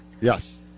Yes